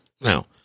Now